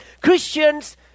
Christians